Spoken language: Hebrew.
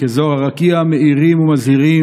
כזוהר הרקיע מאירים ומזהירים.